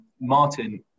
martin